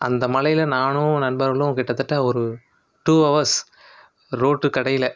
அந்த மழையில நானும் நண்பர்களும் கிட்டத்தட்ட ஒரு டூ ஹவர்ஸ் ரோட்டு கடையில்